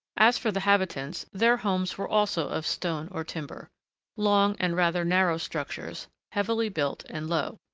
as for the habitants, their homes were also of stone or timber long and rather narrow structures, heavily built, and low.